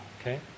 Okay